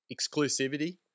exclusivity